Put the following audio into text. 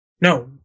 no